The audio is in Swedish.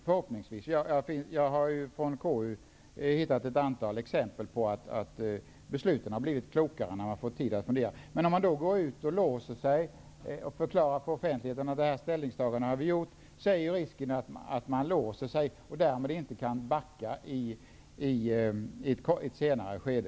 Från KU:s verksamhet finns ett antal exempel på att besluten har blivit klokare när man har fått tid att fundera. Om man går ut och förklarar offentligt vilka ställningstaganden man har gjort är risken att man låser sig och inte kan backa i ett senare skede.